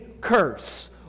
curse